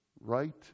right